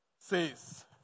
says